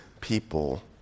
people